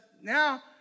now